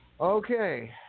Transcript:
Okay